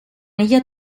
ella